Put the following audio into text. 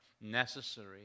necessary